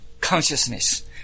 consciousness